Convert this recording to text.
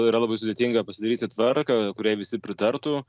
yra labai sudėtinga pasidaryti tvarką kuriai visi pritartų